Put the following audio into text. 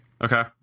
Okay